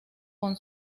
con